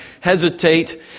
hesitate